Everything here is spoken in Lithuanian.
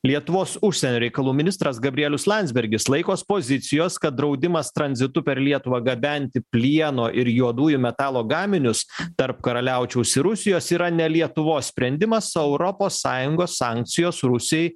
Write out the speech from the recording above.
lietuvos užsienio reikalų ministras gabrielius landsbergis laikos pozicijos kad draudimas tranzitu per lietuvą gabenti plieno ir juodųjų metalo gaminius tarp karaliaučiaus ir rusijos yra ne lietuvos sprendimas o europos sąjungos sankcijos rusiai